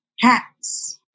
cats